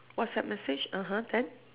whatsapp message (uh huh) then